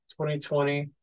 2020